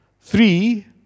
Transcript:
Three